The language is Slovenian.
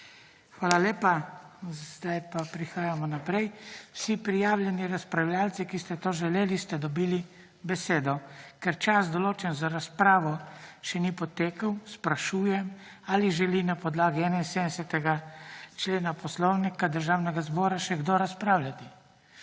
Hvala lepa. Zdaj pa prihajamo naprej. Vri prijavljeni razpravljavci, ki ste to želeli, ste dobili besedo. Ker čas določen za razpravo še ni potekel, sprašujem ali želi na podlagi 71. člena Poslovnika Državnega zbora še kdo razpravljati?